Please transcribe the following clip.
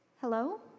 Hello